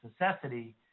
necessity